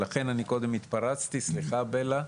לכן קודם התפרצתי סליחה בלה,